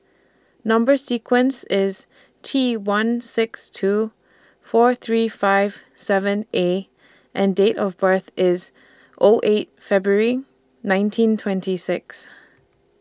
Number sequence IS T one six two four three five seven A and Date of birth IS O eight February nineteen twenty six